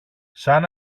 σαν